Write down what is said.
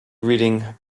read